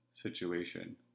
situation